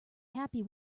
happy